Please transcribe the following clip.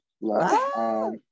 Love